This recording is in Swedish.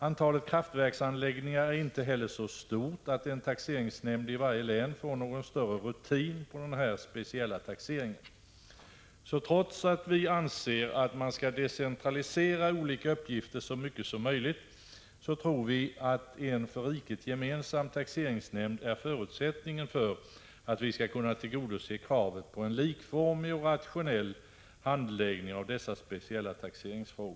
Antalet kraftverksanläggningar är inte heller så stort att en taxeringsnämnd i varje län får någon större rutin på denna speciella taxering. Trots att vi anser att man skall decentralisera olika uppgifter så mycket som möjligt tror vi att en för riket gemensam taxeringsnämnd är förutsättningen för att vi skall kunna tillgodose kravet på en likformig och rationell handläggning av dessa speciella taxeringsfrågor. I Prot.